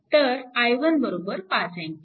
तर i1 5 A